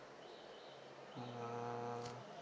uh